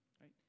right